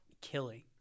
killing